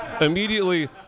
immediately